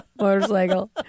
motorcycle